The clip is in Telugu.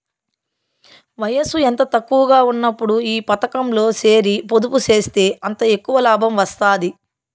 వయసు ఎంత తక్కువగా ఉన్నప్పుడు ఈ పతకంలో సేరి పొదుపు సేస్తే అంత ఎక్కవ లాబం వస్తాది